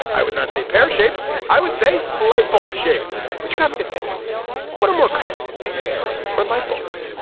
i would not say pear shaped i would say light bulb shaped which got me to thinking what are more common pairs or light bulbs.